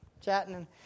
chatting